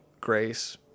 grace